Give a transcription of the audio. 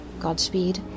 Godspeed